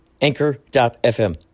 Anchor.fm